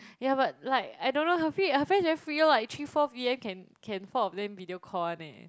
yeah but like I don't know her free her friends very free lor three four p_m can can four of them video call one eh